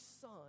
son